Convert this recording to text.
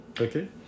Okay